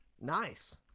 Nice